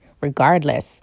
regardless